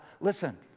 Listen